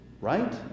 right